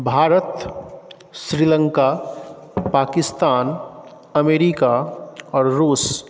Bharat Sri Lanka Pakistan America आओर रूस